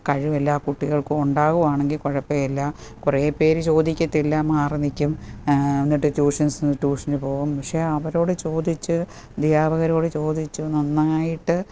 കഴിവ് എല്ലാ കുട്ടികൾക്കും ഉണ്ടാകുകയാണെങ്കിൽ കുഴപ്പമില്ല കുറേപേർ ചോദിക്കത്തില്ല മാറിനിൽക്കും എന്നിട്ട് ട്യൂഷൻ ട്യൂഷനു പോവും പക്ഷെ അവരോട് ചോദിച്ച് അദ്ധ്യാപകരോട് ചോദിച്ച് നന്നായിട്ട്